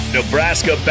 Nebraska